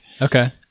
Okay